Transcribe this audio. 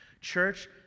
Church